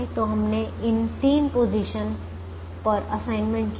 तो हमने इन तीन पोजीशन पर असाइनमेंट किए है